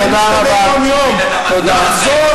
הזמן תם.